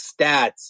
stats